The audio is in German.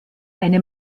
eine